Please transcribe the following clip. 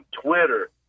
Twitter